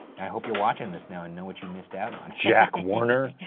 i hope you're watching this now and know what you missed out on. jack warner!